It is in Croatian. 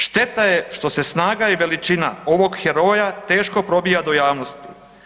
Šteta je što se snaga i veličina ovog heroja teško probija do javnosti.